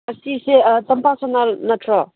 ꯁꯤꯁꯦ ꯇꯝꯄꯥꯛ ꯁꯅꯥꯍꯜ ꯅꯠꯇ꯭ꯔꯣ